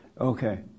Okay